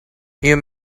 you